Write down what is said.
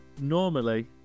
normally